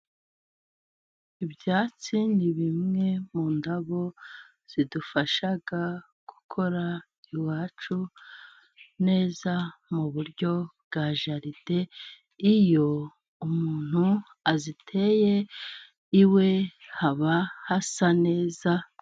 Ibyatsi ni bimwe mu ndabo zidufasha gukora iwacu neza mu buryo bwa jaride. Iyo umuntu aziteye iwe haba hasa neza.